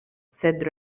said